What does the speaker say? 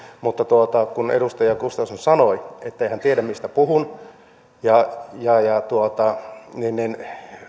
mutta kun edustaja gustafsson sanoi ettei hän tiedä mistä puhun niin niin